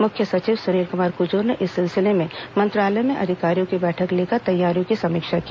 मुख्य सचिव सुनील कुमार कुजूर ने इस सिलसिले में मंत्रालय में अधिकारियों की बैठक लेकर तैयारियों की समीक्षा की